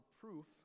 proof